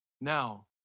Now